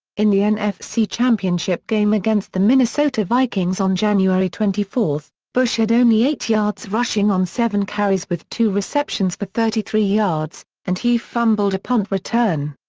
in the nfc championship game against the minnesota vikings on january twenty four, bush had only eight yards rushing on seven carries with two receptions for thirty three yards, and he fumbled a punt return.